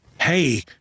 hey